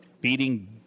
beating